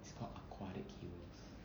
it's called aquatic heroes